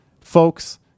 folks